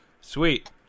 Sweet